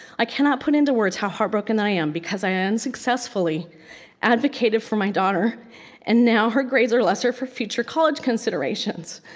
i cannot put into words how heartbroken i am because i unsuccessfully advocated for my daughter and now her grades are lesser for future college considerations.